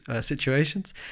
situations